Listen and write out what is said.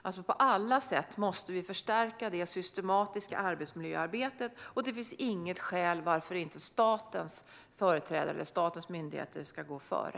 Vi måste på alla sätt förstärka det systematiska arbetsmiljöarbetet, och det finns inget skäl till att inte statens företrädare eller statens myndigheter ska gå före.